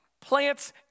plants